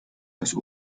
das